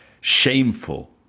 shameful